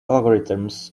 algorithms